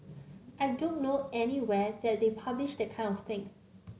I don't know anywhere that they publish that kind of thing